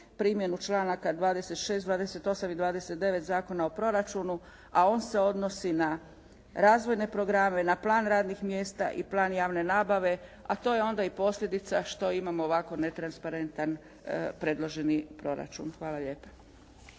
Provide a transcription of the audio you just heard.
primjenu članaka 26., 28. i 29. Zakona o proračunu, a on se odnosi na razvojne programe, na plan radnih mjesta i plan javne nabave, a to je onda i posljedica što imamo ovako netransparentan predloženi proračun. Hvala lijepa.